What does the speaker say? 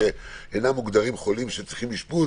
שאינם מוגדרים חולים שצריכים אשפוז,